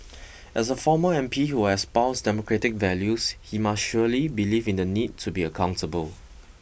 as a former M P who espoused democratic values he must surely believe in the need to be accountable